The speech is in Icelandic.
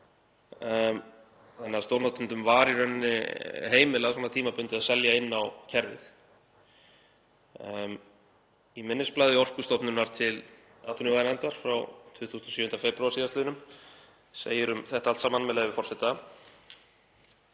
þannig að stórnotendum var í rauninni heimilað tímabundið að selja inn á kerfið. Í minnisblaði Orkustofnunar til atvinnuveganefndar frá 27. febrúar síðastliðnum segir um þetta allt saman, með leyfi forseta: